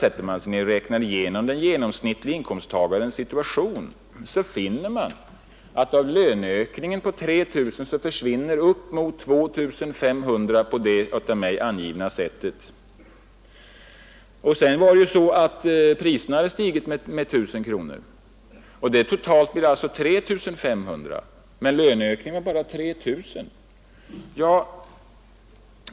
Sätter man sig ner och räknar igenom den genomsnittliga inkomsttagarens situation, finner man att av löneökningen på 3 000 kronor försvinner upp emot 2 500 på det av mig angivna sättet. Sedan har priserna stigit med 1 000 kronor. Totalt blir det alltså 3 500 kronor, men löneökningen var bara 3 000.